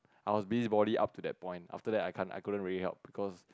I was busybody up to that point after that I can't I couldn't really help because